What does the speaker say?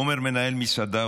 עומר מנהל מסעדה,